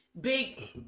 big